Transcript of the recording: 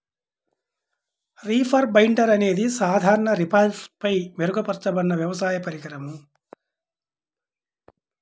reaper binder అనేది సాధారణ రీపర్పై మెరుగుపరచబడిన వ్యవసాయ పరికరం